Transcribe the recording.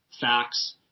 facts